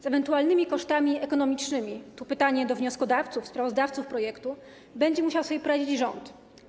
Z ewentualnymi kosztami ekonomicznymi - tu pytanie do wnioskodawców, sprawozdawców projektu - będzie musiał sobie poradzić rząd.